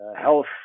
health